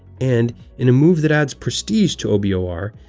and in a move that adds prestige to o b o r.